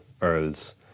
Earls